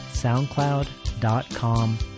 soundcloud.com